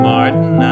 Martin